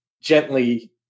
gently-